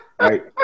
right